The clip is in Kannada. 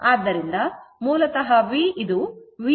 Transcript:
ಆದ್ದರಿಂದ ಮೂಲತಃ v v x cos θ j v y ಆಗಿರುತ್ತದೆ